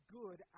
good